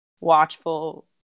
watchful